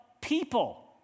people